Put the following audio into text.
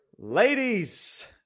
Ladies